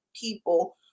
people